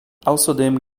außerdem